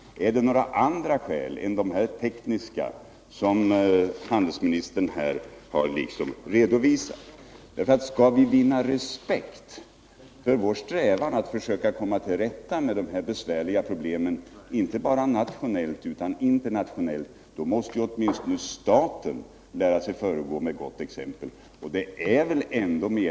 Finns det några andra skäl än de här tekniska som handelsministern har redovisat? Skall vi vinna respekt för vår strävan att försöka komma till rätta med de här besvärliga problemen, inte bara nationellt utan också internationellt, måste staten föregå med gott exempel.